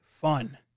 fun